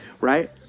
right